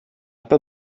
pas